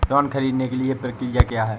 Loan ख़रीदने के लिए प्रक्रिया क्या है?